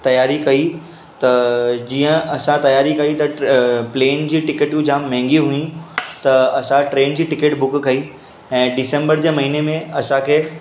तियारी कई त जीअं असां तियारी कई त प्लेन जी टिकेटूं जामु महांगी हुई त असां ट्रेन जी टिकेट बुक कई ऐं डिसेंबर जे महीने में असांखे